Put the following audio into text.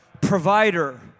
Provider